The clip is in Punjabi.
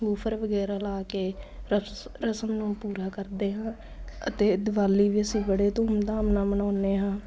ਵੂਫਰ ਵਗੈਰਾ ਲਾ ਕੇ ਰਸਮ ਰਸਮ ਨੂੰ ਪੂਰਾ ਕਰਦੇ ਹਾਂ ਅਤੇ ਦੀਵਾਲੀ ਵੀ ਅਸੀਂ ਬੜੇ ਧੂਮਧਾਮ ਨਾਲ ਮਨਾਉਂਦੇ ਹਾਂ